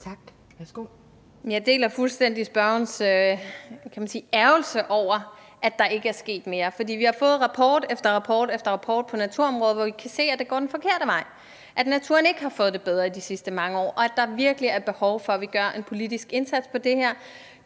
deler fuldstændig spørgerens – kan man sige – ærgrelse over, at der ikke er sket mere. For vi har fået rapport efter rapport på naturområdet, hvor vi kan se, at det går den forkerte vej, at naturen ikke har fået det bedre i de sidste mange år, og at der virkelig er behov for, at vi gør en politisk indsats her.